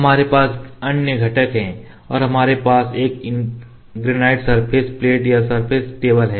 हमारे पास अन्य घटक हैं और हमारे पास यह ग्रेनाइट सरफेस प्लेट या सरफेस टेबल है